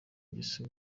ngeso